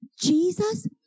Jesus